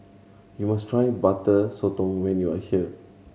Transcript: you must try Butter Sotong when you are here